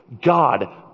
God